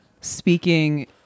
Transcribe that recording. speaking